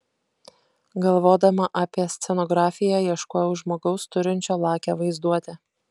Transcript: galvodama apie scenografiją ieškojau žmogaus turinčio lakią vaizduotę